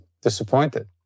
disappointed